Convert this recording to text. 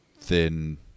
thin